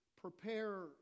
Prepare